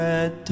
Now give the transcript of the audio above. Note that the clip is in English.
Red